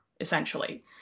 essentially